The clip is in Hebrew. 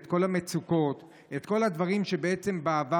את כל המצוקות ואת כל הדברים שעלו בעבר,